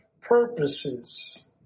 purposes